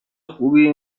خوبی